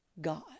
God